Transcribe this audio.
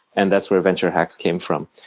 and that's where venture hacks came from.